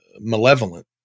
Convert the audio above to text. malevolent